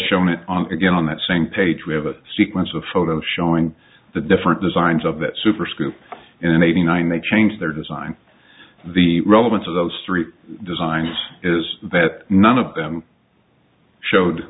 show it on again on that same page we have a sequence of photos showing the different designs of that super screw in eighty nine they changed their design the relevance of those three designs is that none of them showed